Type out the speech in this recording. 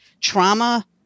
Trauma